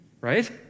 Right